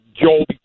Joel